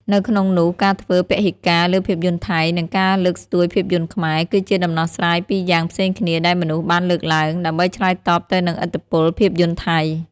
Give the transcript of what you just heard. នៅក្នុងនោះការធ្វើពហិការលើភាពយន្តថៃ និងការលើកស្ទួយភាពយន្តខ្មែរ គឺជាដំណោះស្រាយពីរយ៉ាងផ្សេងគ្នាដែលមនុស្សបានលើកឡើង ដើម្បីឆ្លើយតបទៅនឹងឥទ្ធិពលភាពយន្តថៃ។